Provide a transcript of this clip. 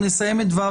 נסיים את סעיף קטן (ו),